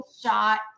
shot